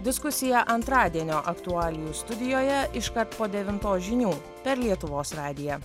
diskusija antradienio aktualijų studijoje iškart po devintos žinių per lietuvos radiją